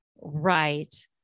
Right